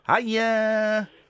Hiya